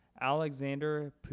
Alexander